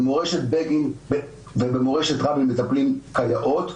במורשת בגין ובמורשת רבין מטפלים כיאות,